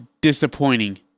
disappointing